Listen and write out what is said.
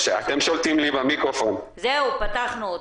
ברשות המקומית מפעילים מסגרות בקהילה עבור פעוטות